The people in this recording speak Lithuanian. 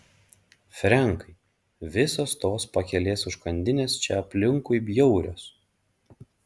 frenkai visos tos pakelės užkandinės čia aplinkui bjaurios